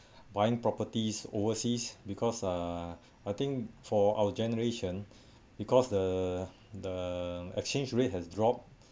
buying properties overseas because uh I think for our generation because the the exchange rate has dropped